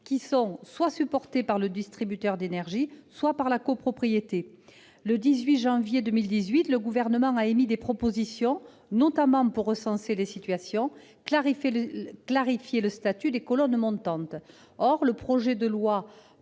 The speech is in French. qui sont supportés soit par le distributeur d'énergie, soit par la copropriété. Le 18 janvier dernier, le Gouvernement a émis des propositions, notamment pour recenser les situations et clarifier le statut des colonnes montantes. Or le projet de loi